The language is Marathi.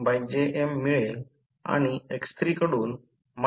तर म्हणजे ट्रान्सफॉर्मर ही गोष्ट अगदी सोपी आहे